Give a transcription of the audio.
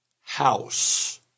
house